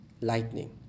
lightning